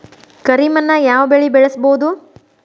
ಕರಿ ಮಣ್ಣಾಗ್ ಯಾವ್ ಬೆಳಿ ಬೆಳ್ಸಬೋದು?